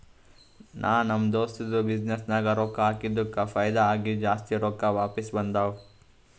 ನಾ ನಮ್ ದೋಸ್ತದು ಬಿಸಿನ್ನೆಸ್ ನಾಗ್ ರೊಕ್ಕಾ ಹಾಕಿದ್ದುಕ್ ಫೈದಾ ಆಗಿ ಜಾಸ್ತಿ ರೊಕ್ಕಾ ವಾಪಿಸ್ ಬಂದಾವ್